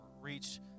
reach